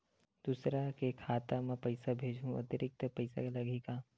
दूसरा के खाता म पईसा भेजहूँ अतिरिक्त पईसा लगही का?